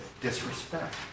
Disrespect